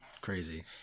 crazy